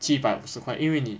七百五十块因为你